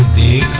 the